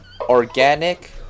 Organic